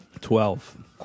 Twelve